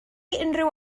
unrhyw